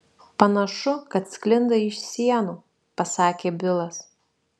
panašu kad sklinda iš sienų pasakė bilas